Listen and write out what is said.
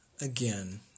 again